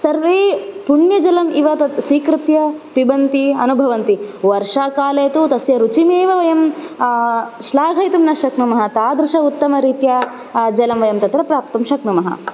सर्वे पुण्यजलम् इव तत् स्वीकृत्य पिबन्ति अनुभवन्ति वर्षाकाले तु तस्य रुचिः एव वयं श्लाघयितुं न शक्नुमः तादृश उत्तमरीत्या जलं वयं तत्र प्राप्तुं शक्नुमः